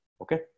Okay